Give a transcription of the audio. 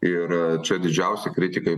ir čia didžiausi kritikai